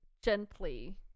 Gently